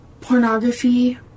Pornography